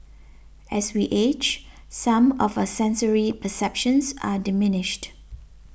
as we age some of our sensory perceptions are diminished